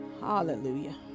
Hallelujah